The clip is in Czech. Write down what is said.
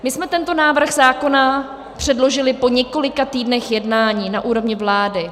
My jsme tento návrh zákona předložili po několika týdnech jednání na úrovni vlády.